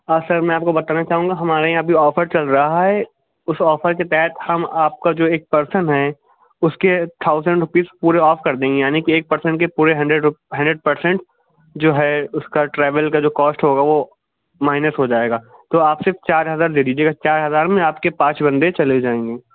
ہاں سر میں آپ کو بتانا چاہوں گا ہمارے یہاں ابھی آفر چل رہا ہے اس آفر کے تحت ہم آپ کا جو ایک پرسن ہے اس کے تھاؤزینڈ روپیز پورے آف کر دیں گے یعنی کہ ایک پرسن کے پورے ہنڈریڈ رپ ہنڈریڈ پرسینٹ جو ہے اس کا ٹریول کا جو کاسٹ ہوگا وہ مائنس ہو جائے گا تو آپ صرف چار ہزار دے دیجیے گا چار ہزار میں آپ کے پانچ بندے چلے جائیں گے